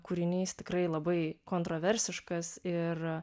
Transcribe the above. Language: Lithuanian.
kūrinys tikrai labai kontroversiškas ir